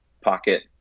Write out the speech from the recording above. Pocket